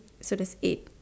so there is eight